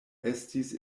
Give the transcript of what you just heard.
estis